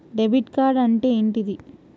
Debit card అంటే ఏంటిది?